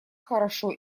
хорошо